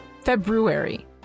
February